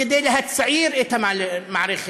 כדי להצעיר את המערכת,